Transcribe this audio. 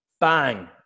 bang